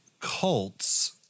cults